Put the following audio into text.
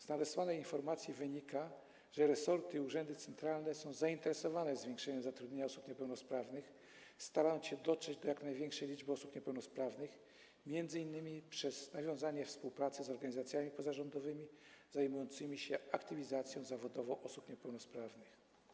Z nadesłanej informacji wynika, że resorty i urzędy centralne są zainteresowane zwiększeniem zatrudnienia osób niepełnosprawnych i starają się dotrzeć do jak największej liczby osób niepełnosprawnych, m.in. przez nawiązanie współpracy z organizacjami pozarządowymi zajmującymi się aktywizacją zawodową osób niepełnosprawnych.